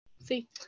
See